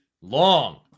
long